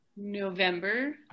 november